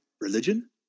religion